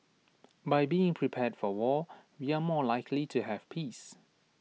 by being prepared for war we are more likely to have peace